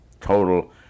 total